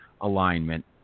alignment